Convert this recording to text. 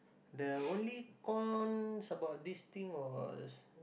the only cons about this thing was